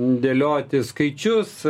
dėlioti skaičius